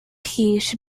should